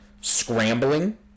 scrambling